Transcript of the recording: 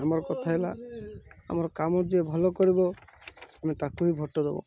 ଆମର କଥା ହେଲା ଆମର କାମ ଯିଏ ଭଲ କରିବ ଆମେ ତାକୁ ହିଁ ଭୋଟ୍ ଦବ